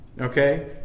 Okay